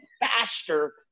faster